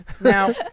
Now